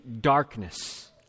darkness